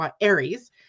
Aries